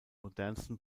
modernsten